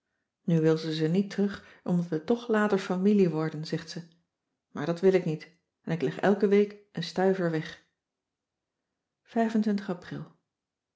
nu wil ze ze niet terug omdat we toch later familie worden zegt ze maar dat wil ik niet en ik leg elke week een stuiver weg pril